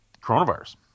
coronavirus